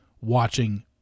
watching